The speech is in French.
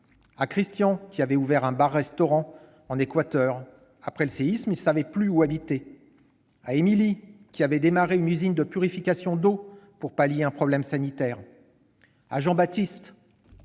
à Christian, qui avait ouvert un bar-restaurant en Équateur et qui, après le séisme, ne savait plus où habiter. Je pense à Émilie, qui avait démarré une usine de purification d'eau pour pallier un problème sanitaire. Je pense